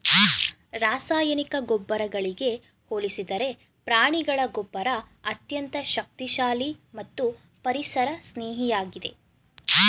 ರಾಸಾಯನಿಕ ಗೊಬ್ಬರಗಳಿಗೆ ಹೋಲಿಸಿದರೆ ಪ್ರಾಣಿಗಳ ಗೊಬ್ಬರ ಅತ್ಯಂತ ಶಕ್ತಿಶಾಲಿ ಮತ್ತು ಪರಿಸರ ಸ್ನೇಹಿಯಾಗಿದೆ